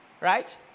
right